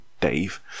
Dave